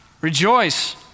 rejoice